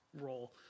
role